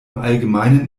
allgemeinen